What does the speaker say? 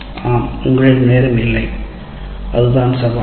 ஆம் உங்களிடம் நேரம் இல்லை அதுதான் சவால்